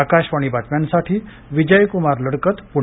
आकाशवाणी बातम्यांसाठी विजयक्मार लडकतपुणे